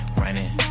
running